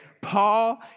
Paul